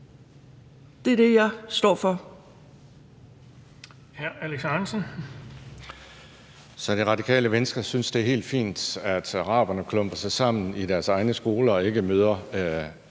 Det er det, jeg står for.